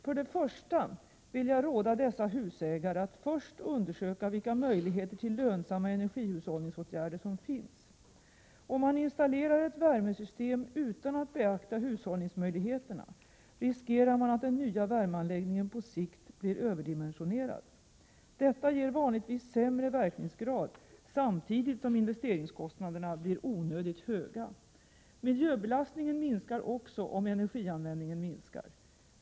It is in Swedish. För det första vill jag råda dessa husägare att först undersöka vilka möjligheter till lönsamma energihushållningsåtgärder som finns. Om man installerar ett värmesystem utan att beakta hushållningsmöjligheterna riskerar man att den nya värmeanläggningen på sikt blir överdimensionerad. Detta ger vanligtvis sämre verkningsgrad samtidigt som investeringskostna 85 derna blir onödigt höga. Miljöbelastningen minskar också om energianvändningen minskar.